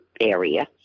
area